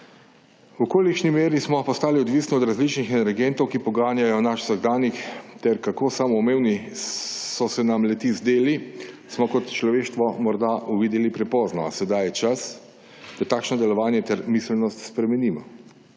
V kolikšni meri smo postali odvisni od različnih energentov, ki poganjajo naš vsakdanjik ter kako samoumevni so se nam le-ti zdeli, smo kot človeštvo morda uvideli prepozno, a sedaj je čas, da takšno delovanje ter miselnost spremenimo.